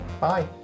Bye